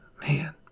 Man